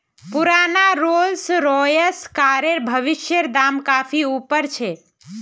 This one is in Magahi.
पुराना रोल्स रॉयस कारेर भविष्येर दाम काफी ऊपर छे